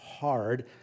hard